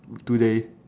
today